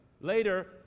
later